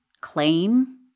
claim